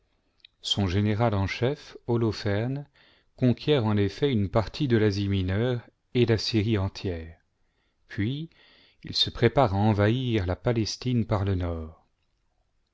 son général en chef holoferne conquiert en eltet une partie de l'asie mineure et la syrie entière puis il se préparée envahir la palestine par le nord